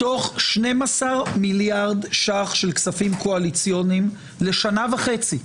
מתוך 12 מיליארד ש"ח של כספים קואליציוניים לשנה וחצי,